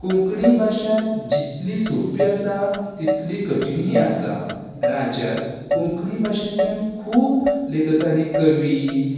कोंकणी भाशा जितली सोंपी आसा तितलीं कठिणूय आसा राज्यांत कोंकणी भाशेंतल्यान खूब लेखक आनी कवी